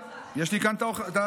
יש לי כאן את הדוגמאות.